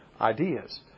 ideas